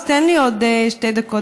אז תן לי עוד שתי דקות,